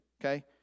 Okay